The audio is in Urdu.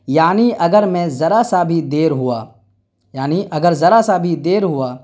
یعنی اگر میں ذرا سا بھی دیر ہوا یعنی اگر ذرا سا بھی دیر ہوا